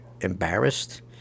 embarrassed